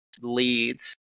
leads